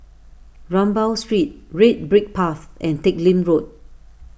Rambau Street Red Brick Path and Teck Lim Road